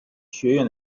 学院